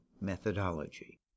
methodology